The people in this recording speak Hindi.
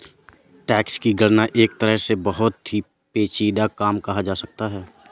टैक्स की गणना एक तरह से बहुत ही पेचीदा काम कहा जा सकता है